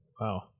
Wow